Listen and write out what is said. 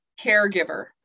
caregiver